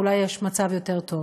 אולי יש מצב יותר טוב,